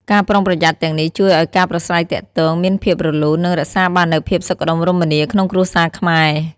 ការប្រុងប្រយ័ត្នទាំងនេះជួយឲ្យការប្រាស្រ័យទាក់ទងមានភាពរលូន និងរក្សាបាននូវភាពសុខដុមរមនាក្នុងគ្រួសារខ្មែរ។